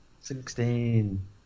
sixteen